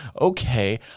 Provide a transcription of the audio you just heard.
okay